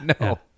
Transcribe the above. no